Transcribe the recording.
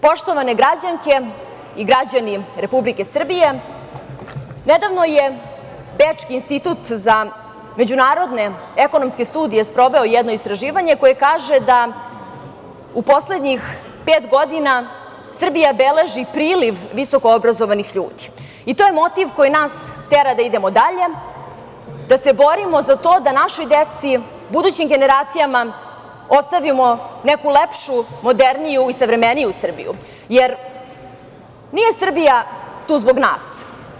Poštovane građanke i građani Republike Srbije, nedavno je Bečki institut za međunarodne ekonomske studije sproveo jedno istraživanje koje kaže da u poslednjih pet godina Srbija beleži priliv visoko obrazovanih ljudi i to je motiv koji nas tera da idemo dalje, da se borimo za to da našoj deci, budućim generacijama ostavimo neku lepšu, moderniju i savremeniju Srbiju jer nije Srbija tu zbog nas.